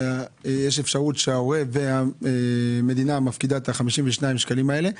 שמאפשר להורה ולמדינה להפקיד 52 שקלים בחיסכון עבור הילד.